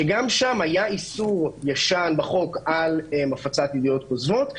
שגם שם היה איסור ישן בחוק על הפצת ידיעות כוזבות,